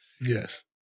Yes